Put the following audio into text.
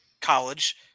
college